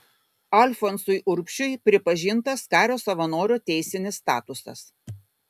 alfonsui urbšiui pripažintas kario savanorio teisinis statusas